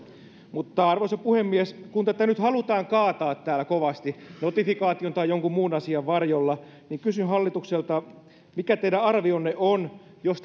mutta arvoisa puhemies kun tätä nyt halutaan kaataa täällä kovasti notifikaation tai jonkun muun asian varjolla niin kysyn hallitukselta mikä teidän arvionne on jos